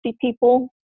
people